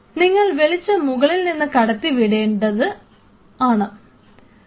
നിങ്ങൾ വെളിച്ചം മുകളിൽനിന്ന് കടത്തി വിടേണ്ടത് ആണ്